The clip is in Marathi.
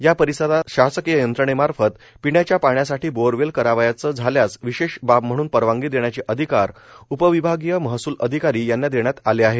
या परिसरात शासकीय यंत्रणेमार्फत पिण्याच्या पाण्यासाठी बोअरवेल करावयाचे झाल्यास विशेष बाब म्हणून परवानगी देण्याचे अधिकार उपविभागीय महसूल अधिकारी यांना देण्यात आले आहेत